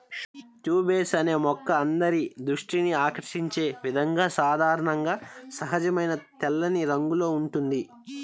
tuberose అనే మొక్క అందరి దృష్టిని ఆకర్షించే విధంగా సాధారణంగా సహజమైన తెల్లని రంగులో ఉంటుంది